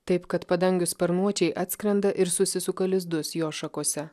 taip kad padangių sparnuočiai atskrenda ir susisuka lizdus jo šakose